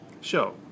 show